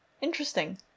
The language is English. Interesting